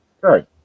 right